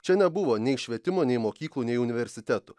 čia nebuvo nei švietimo nei mokyklų nei universitetų